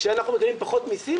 כשאנחנו גובים פחות מסים,